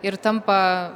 ir tampa